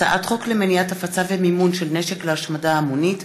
הצעת חוק למניעת הפצה ומימון של נשק להשמדה המונית,